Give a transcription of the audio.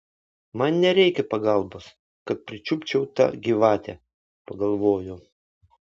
man nereikia pagalbos kad pričiupčiau tą gyvatę pagalvojo